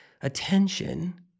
attention